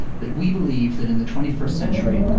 that we believe that in the twenty first century,